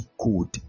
Code